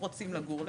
רוצים לגור לבד,